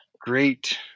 great